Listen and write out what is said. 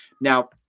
now